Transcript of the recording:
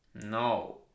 No